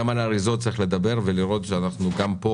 גם על האריזות צריך לדבר ולראות שאנחנו גם פה